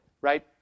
right